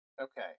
Okay